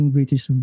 British